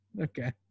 Okay